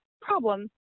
problem